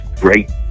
great